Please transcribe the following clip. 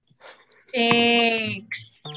Thanks